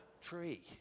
tree